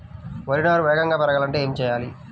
వరి నారు వేగంగా పెరగాలంటే ఏమి చెయ్యాలి?